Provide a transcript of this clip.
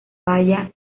vaya